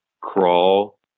crawl